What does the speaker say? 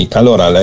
allora